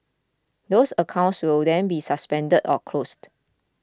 those accounts will then be suspended or closed